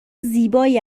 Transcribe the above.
زیبایی